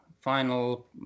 final